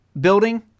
building